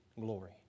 glory